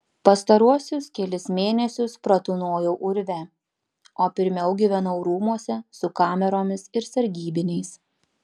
pastaruosius kelis mėnesius pratūnojau urve o pirmiau gyvenau rūmuose su kameromis ir sargybiniais